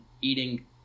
eating